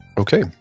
okay.